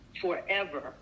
forever